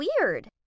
weird